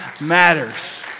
matters